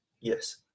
yes